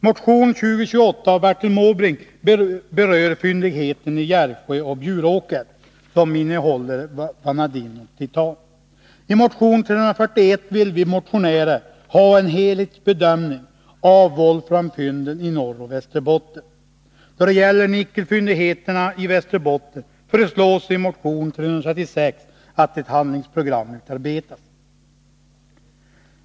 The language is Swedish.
Motion 2028 av Bertil Måbrink berör fyndigheten i Järvsö och Bjuråker, som innehåller vanadin och titan. I motion 341 önskar vi motionärer en helhetsbedömning av volframfynden i Norrbotten och Västerbotten. Då det gäller nickelfyndigheterna i Västerbotten föreslås i motion 336 att ett handlingsprogram utarbetas.